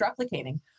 replicating